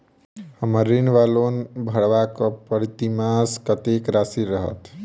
हम्मर ऋण वा लोन भरबाक प्रतिमास कत्तेक राशि रहत?